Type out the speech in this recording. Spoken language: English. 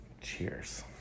Cheers